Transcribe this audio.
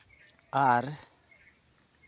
ᱟᱨ